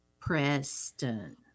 Preston